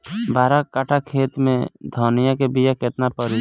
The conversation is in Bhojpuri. बारह कट्ठाखेत में धनिया के बीया केतना परी?